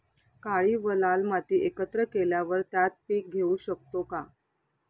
काळी व लाल माती एकत्र केल्यावर त्यात पीक घेऊ शकतो का?